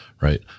right